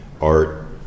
art